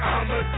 I'ma